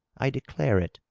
i declare it.